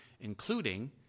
including